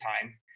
time